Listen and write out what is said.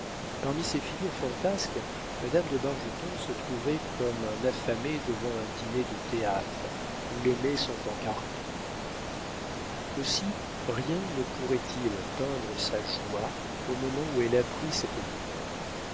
parmi ces figures fantasques madame de bargeton se trouvait comme un affamé devant un dîner de théâtre où les mets sont en carton aussi rien ne pourrait-il peindre sa joie au moment où elle apprit cette nouvelle